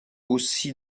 aussi